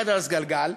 לחדר הסגלגל,